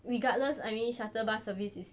regardless I mean shuttle bus service is